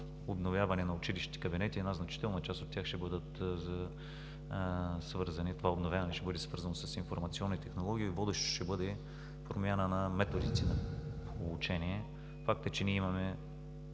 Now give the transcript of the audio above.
обновяване на училищните кабинети и една значителна част от тях ще бъдат свързани. Това обновяване ще бъде свързано с информационни технологии и водещото ще бъде промяна на методите на обучение. Факт е, че ние имаме